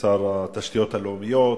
שר התשתיות הלאומיות,